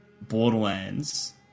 Borderlands